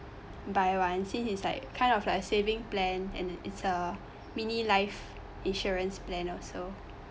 buy one since it's like kind of like a saving plan and it~ it's a mini life insurances plan also